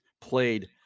played